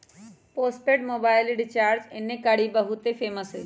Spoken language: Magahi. पोस्टपेड मोबाइल रिचार्ज एन्ने कारि बहुते फेमस हई